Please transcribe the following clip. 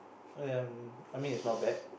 and I mean it's not bad